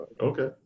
Okay